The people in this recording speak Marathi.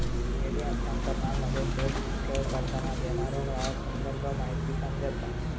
निधी हस्तांतरणामध्ये, थेट ठेव करताना, देणारो ग्राहक संदर्भ माहिती पण देता